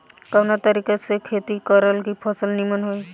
कवना तरीका से खेती करल की फसल नीमन होई?